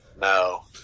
No